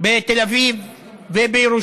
בתל אביב ובירושלים,